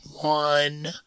one